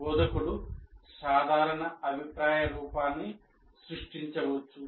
బోధకుడు సాధారణ అభిప్రాయ రూపాన్ని సృష్టించవచ్చు